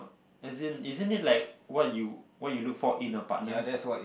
as in isn't like what you what you look for in a partner